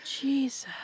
Jesus